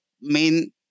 main